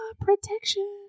protection